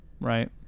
right